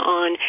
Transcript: on